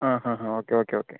ആ ഹാ ഹാ ഓക്കെ ഓക്കെ ഓക്കെ